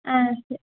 ஆ செ